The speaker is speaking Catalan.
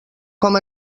com